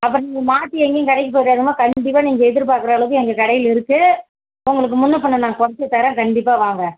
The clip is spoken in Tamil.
அப்போ நீங்கள் மாற்றி எங்கேயும் கடைக்கு போய்டாதீங்கம்மா கண்டிப்பாக நீங்கள் எதிர்பார்க்குற அளவுக்கு எங்கள் கடையில் இருக்கு உங்களுக்கு முன்னே பின்னே நான் குறச்சி தரேன் கண்டிப்பாக வாங்க